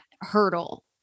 hurdle